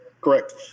correct